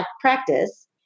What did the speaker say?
practice